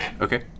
Okay